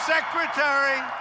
Secretary